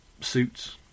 suits